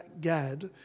Gad